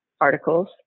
articles